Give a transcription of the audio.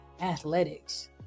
athletics